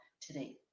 today